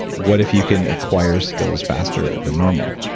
what if you can acquire skills faster than normal?